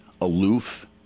aloof